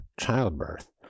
childbirth